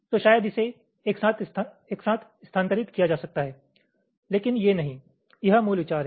तो शायद इसे एक साथ स्थानांतरित किया जा सकता है लेकिन ये नहीं यह मूल विचार है